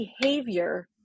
behavior